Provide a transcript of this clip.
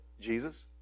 Jesus